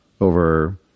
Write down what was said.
over